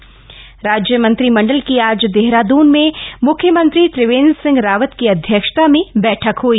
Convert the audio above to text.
मंत्रिमंडल बैठक राज्य मंत्रिमंडल की आज देहराद्न में म्ख्यमंत्री त्रिवेद्र सिंह रावत की अध्यक्षता में बैठक हई